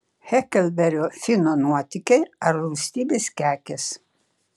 heklberio fino nuotykiai ar rūstybės kekės